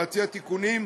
להציע תיקונים,